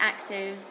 actives